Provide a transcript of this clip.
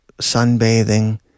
sunbathing